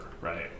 right